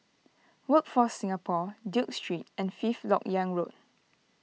Workforce Singapore Duke Street and Fifth Lok Yang Road